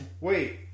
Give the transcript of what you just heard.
Wait